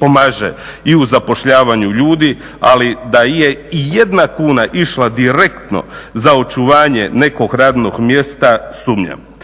pomaže i u zapošljavanju ljudi, ali da je i jedna kuna išla direktno za očuvanje nekog radnog mjesta sumnjam.